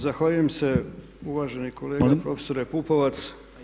Zahvaljujem se uvaženi kolega profesore Pupovac.